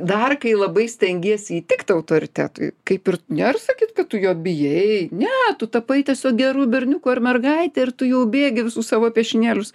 dar kai labai stengiesi įtikt autoritetui kaip ir nėr sakyt kad tu jo bijai ne tu tapai tiesiog geru berniuku ar mergaite ir tu jau bėgi visus savo piešinėlius